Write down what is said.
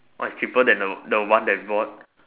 what cheaper than the the one I bought